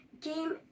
game